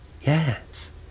Yes